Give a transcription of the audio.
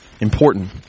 important